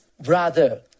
brother